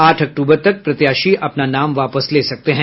आठ अक्टूबर तक प्रत्याशी अपना नाम वापस ले सकते हैं